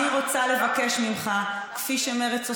את אומרת,